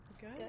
Good